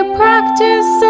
practice